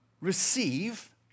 receive